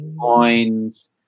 coins